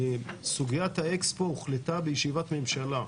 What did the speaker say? סוגיית האקספו הוחלטה בישיבת ממשלה.